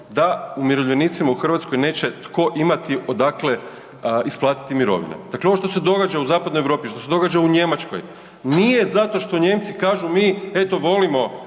da umirovljenicima u Hrvatskoj neće tko imati odakle isplatiti mirovine. Dakle, ovo što se događa u zapadnoj Europi, što se događa u Njemačkoj, nije zato što Nijemci kažu mi eto volimo